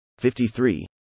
53